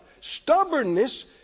Stubbornness